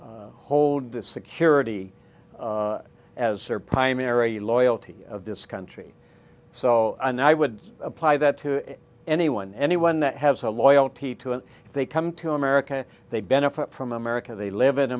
to hold the security as their primary loyalty of this country so and i would apply that to anyone anyone that has a loyalty to and they come to america they benefit from america they live in